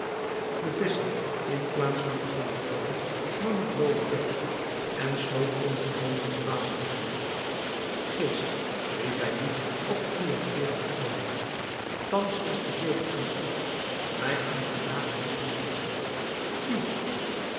de visscher in plaats van te antwoorden nam het loden deksel en sloot zonder talmen de vaas digt geest riep hij nu op triomferenden toon thans is de beurt aan u mij om genade te smeeken kies